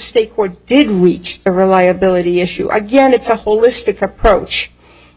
state court did reach a reliability issue again it's a holistic approach